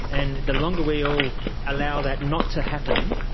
and the longer we all allow that not to happen,